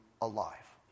alive